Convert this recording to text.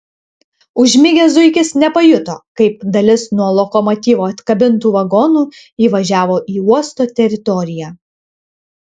užmigęs zuikis nepajuto kaip dalis nuo lokomotyvo atkabintų vagonų įvažiavo į uosto teritoriją